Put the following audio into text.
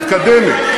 מתקדמת,